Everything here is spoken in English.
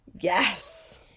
Yes